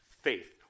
faith